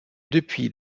depuis